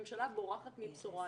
הממשלה בורחת מבשורה.